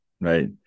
right